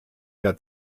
der